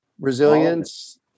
resilience